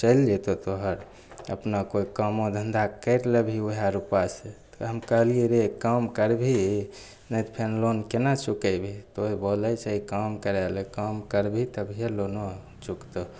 चलि जेतौ तोहर अपना कोइ कामो धन्धा करि लेबही ओएह रूपासँ तऽ हम कहलियै रे काम करबिही ने तऽ फेन लोन केना चुकेबही तऽ ओ बोलय छै काम करय लए काम करबिही तभीये लोनो चुकतौ